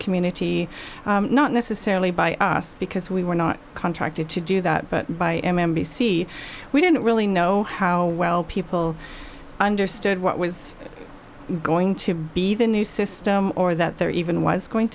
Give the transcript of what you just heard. community not necessarily by us because we were not contracted to do that but by m m b c we didn't really know how well people understood what was going to be the new system or that there even was going